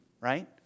right